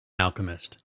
alchemist